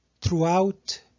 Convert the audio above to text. Throughout